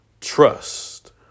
trust